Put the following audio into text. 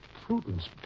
Prudence